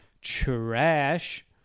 trash